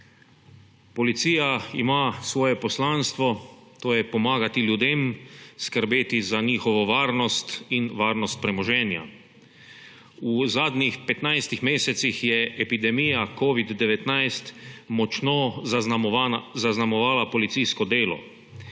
Policija ima svoje poslanstvo, to je pomagati ljudem, skrbeti za njihovo varnost in varnost premoženja. V zadnjih 15 mesecih je epidemija covida-19 močno zaznamovala policijsko delo.